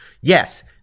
yes